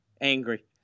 angry